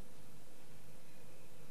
10),